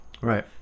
Right